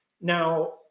Now